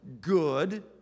good